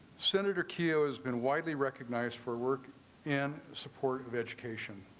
senator keogh has been widely recognized for work and supportive of education,